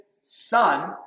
son